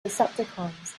decepticons